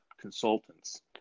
consultants